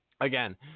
again